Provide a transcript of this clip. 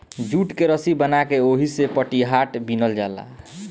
jute के रसी बना के ओहिसे पटिहाट बिनल जाला